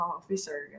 officer